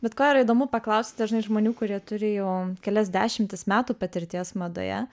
bet ko yra įdomu paklausti dažnai žmonių kurie turi jau kelias dešimtis metų patirties madoje